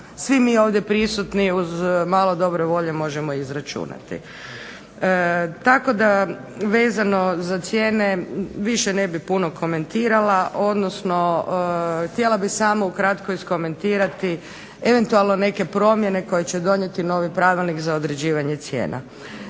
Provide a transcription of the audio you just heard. mi svi ovdje prisutni uz malo dobre volje možemo izračunati. Tako da vezano za cijene više ne bih puno komentirala, odnosno, htjela bih samo ukratko iskomentirati neke promjene koje će donijeti novi Pravilnik za određivanje cijene.